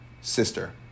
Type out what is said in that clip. sister